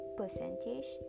percentage